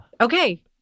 Okay